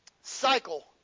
cycle